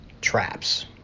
traps